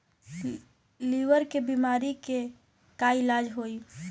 Liver के बीमारी के का इलाज होई?